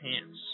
pants